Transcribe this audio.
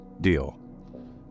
deal